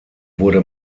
wurde